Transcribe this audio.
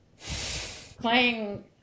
playing